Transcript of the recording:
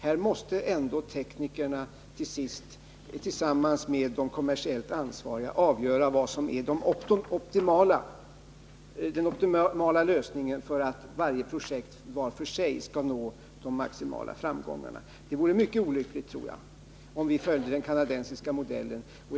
Här måste ändå teknikerna till sist tillsammans med de kommersiellt ansvariga avgöra vad som är den optimala lösningen för att varje projekt skall nå maximal framgång. Det vore mycket olyckligt, tror jag, om vi följde den kanadensiska modellen.